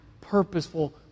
purposeful